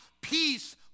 peace